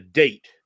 date